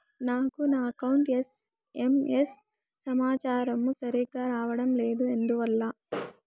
నాకు నా account SMS సమాచారము సరిగ్గా రావడం లేదు ఎందువల్ల?